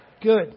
Good